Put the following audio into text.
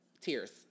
tears